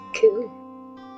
cool